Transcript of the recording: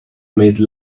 made